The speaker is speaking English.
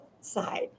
side